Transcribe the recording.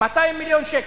200 מיליון שקל,